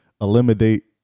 Eliminate